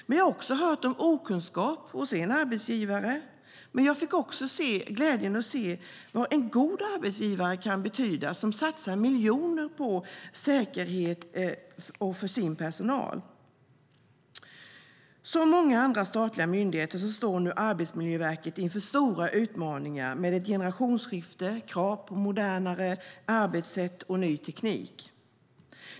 Jag har hört om okunskap hos en arbetsgivare, men jag fick också glädjen att se vad en god arbetsgivare kan betyda - en arbetsgivare som satsar miljoner på säkerhet för sin personal. Som många andra statliga myndigheter står nu Arbetsmiljöverket inför stora utmaningar med ett generationsskifte, krav på modernare arbetssätt och ny teknik.